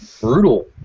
brutal